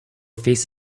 face